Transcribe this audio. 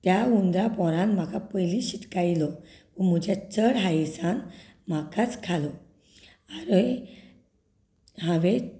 त्या हुंदरा पोरान म्हाका पयलीं शिटकायिल्लो म्हज्या चड हानेसान म्हाकाच खालो आरे हावें